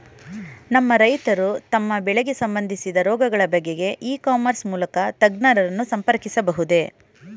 ನಮ್ಮ ರೈತರು ತಮ್ಮ ಬೆಳೆಗೆ ಸಂಬಂದಿಸಿದ ರೋಗಗಳ ಬಗೆಗೆ ಇ ಕಾಮರ್ಸ್ ಮೂಲಕ ತಜ್ಞರನ್ನು ಸಂಪರ್ಕಿಸಬಹುದೇ?